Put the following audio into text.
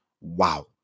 wow